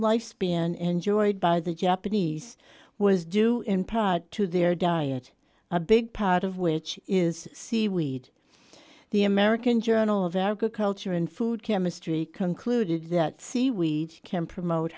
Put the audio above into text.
lifespan enjoyed by the japanese was due in part to their diet a big part of which is seaweed the american journal of their good culture and food chemistry concluded that seaweed can promote